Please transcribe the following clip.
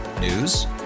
News